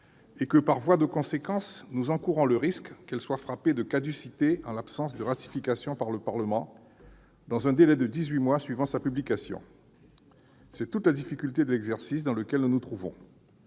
et que, par voie de conséquence, nous encourons le risque qu'elle soit frappée de caducité en l'absence de ratification par le Parlement dans un délai de dix-huit mois suivant sa publication. C'est toute la difficulté de l'exercice auquel nous sommes